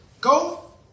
go